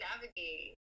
navigate